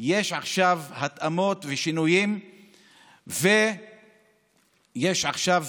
יש עכשיו התאמות ושינויים ויש עכשיו